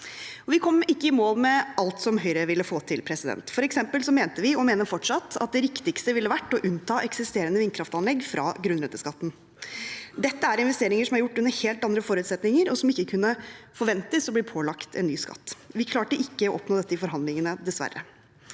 Vi kom ikke i mål med alt som Høyre ville få til. Vi mente – og mener fortsatt – at det riktigste ville vært å unnta eksisterende vindkraftanlegg fra grunnrenteskatten. Dette er investeringer som er gjort under helt andre forutsetninger, og som ikke kunne forventes å bli pålagt en ny skatt. Vi klarte ikke å oppnå dette i forhandlingene, dessverre.